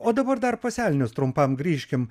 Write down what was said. o dabar dar pas elnius trumpam grįžkim